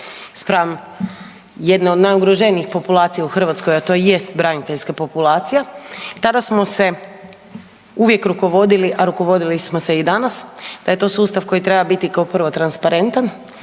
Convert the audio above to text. spram jedne od najugroženijih populacija u Hrvatskoj, a to i jest braniteljska populacija, tada smo se uvijek rukovodili, a rukovodili smo se i danas da je to sustav koji treba biti kao prvo transparentan